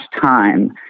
time